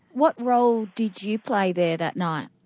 what role did you play there that night?